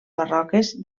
barroques